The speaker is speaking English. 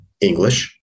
English